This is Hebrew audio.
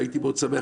והייתי מאוד שמח,